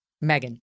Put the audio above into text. Megan